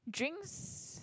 drinks